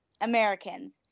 Americans